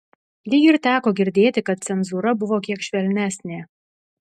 lyg ir teko girdėti kad cenzūra buvo kiek švelnesnė